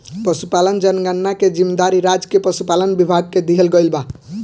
पसुपालन जनगणना के जिम्मेवारी राज्य के पसुपालन विभाग के दिहल गइल बा